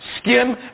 skim